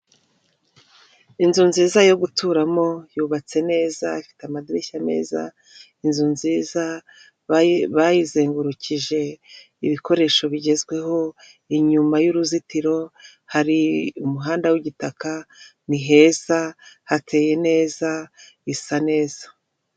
Inzu nziza yo guturamo yubatse neza, ifite amadirishya meza, inzu nziza, bayizengurukije ibikoresho bigezweho, inyuma y'uruzitiro hari umuhanda w'igitaka, ni heza hateye neza, isa neza.